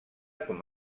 com